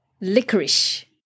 licorice